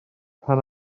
rhan